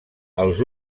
els